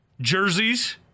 jerseys